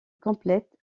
complète